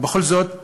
אבל בכל זאת,